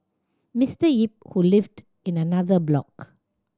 Mister Yip who lived in another block